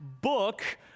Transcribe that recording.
book